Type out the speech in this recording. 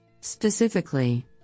Specifically